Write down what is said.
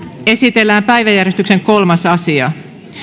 esitellään päiväjärjestyksen kolmas asia